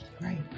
right